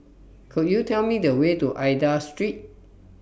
Could YOU Tell Me The Way to Aida Street